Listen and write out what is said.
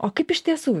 o kaip iš tiesų